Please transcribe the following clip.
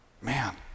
Man